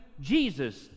Jesus